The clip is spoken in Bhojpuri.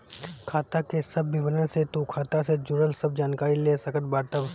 खाता के सब विवरण से तू खाता से जुड़ल सब जानकारी ले सकत बाटअ